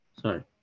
Sorry